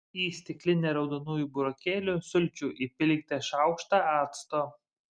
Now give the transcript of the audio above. į stiklinę raudonųjų burokėlių sulčių įpilkite šaukštą acto